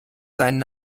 seinen